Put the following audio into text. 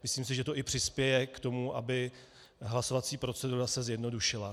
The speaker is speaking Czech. Myslím si, že to i přispěje k tomu, aby se hlasovací procedura zjednodušila.